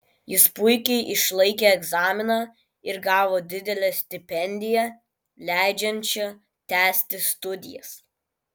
jis puikiai išlaikė egzaminą ir gavo didelę stipendiją leidžiančią tęsti studijas